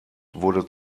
wurde